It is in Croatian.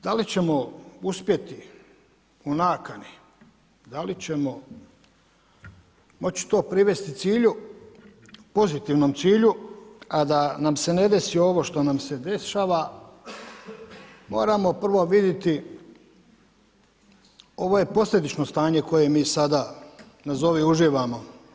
Da li ćemo uspjeti u nakani, da li ćemo moći to privesti cilju, pozitivnom cilju a da nam se ne desi ovo što nam se dešava, moramo prvo vidjeti, ovo je posljedično stanje u koje mi sada nazovi uživamo.